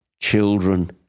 children